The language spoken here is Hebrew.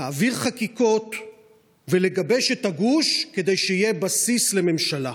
להעביר חקיקות ולגבש את הגוש כדי שיהיה בסיס לממשלה.